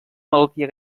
malaltia